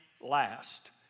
last